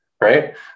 right